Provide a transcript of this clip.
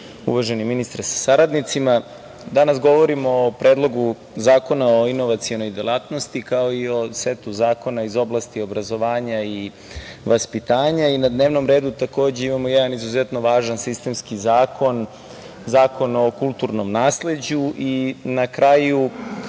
uvaženi ministre, sa saradnicima, danas govorimo o Predlogu zakona o inovacionoj delatnosti, kao i o setu zakona iz oblasti obrazovanja i vaspitanja i na dnevnom redu, takođe imamo jedan izuzetno važan sistemski zakon, Zakon o kulturnom nasleđu i na kraju,